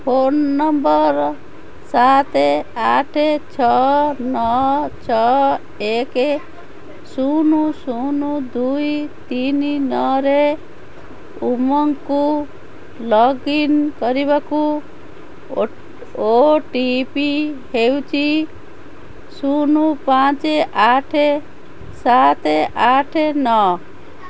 phone number ସାତ ଆଠ ଛଅ ନଅ ଛଅ ଏକ ଶୂନ ଶୂନ ଦୁଇ ତିନି ନଅରେ ଉମଙ୍ଗକୁ ଲଗ୍ଇନ୍ କରିବାକୁ ଓ ଟି ପି ହେଉଛି ଶୂନ ପାଞ୍ଚ ଆଠ ସାତ ଆଠ ନଅ